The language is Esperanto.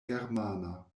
germana